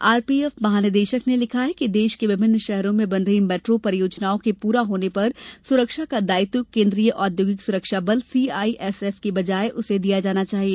RPF महानिदेशक ने लिखा है कि देश के विभिन्न शहरों में बन रही मेट्रो परियोजनाओं के पूरा होने पर सुरक्षा का दायित्व केन्द्रीय औद्योगिक सुरक्षा बल सीआईएसएफ की बजाए उसे दिया जाना चाहिए